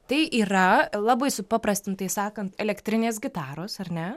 tai yra labai supaprastintai sakant elektrinės gitaros ar ne